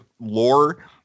lore